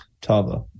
Tava